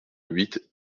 huit